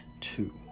two